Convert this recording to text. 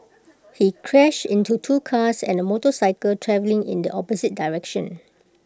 he crashed into two cars and A motorcycle travelling in the opposite direction